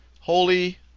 Holy